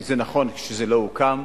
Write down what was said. זה נכון שזה לא הוקם.